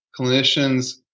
clinicians